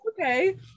okay